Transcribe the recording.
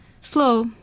slow